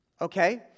okay